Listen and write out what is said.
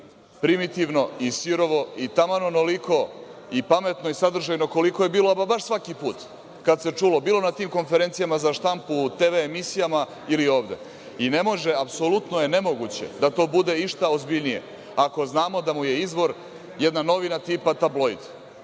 primitivno i sirovo i taman onoliko i pametno i sadržajno koliko je bilo ama baš svaki put kada se čulo, bilo na tim konferencijama za štampu, TV emisijama ili ovde. Ne moguće je da to bude išta ozbiljnije, ako znamo da mu je izvor jedna novina tipa „Tabloid“,